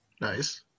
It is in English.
Nice